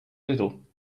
little